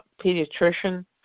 pediatrician